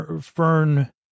fern